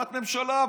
הקמת ממשלה,